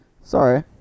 Sorry